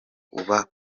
ukaba